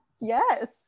Yes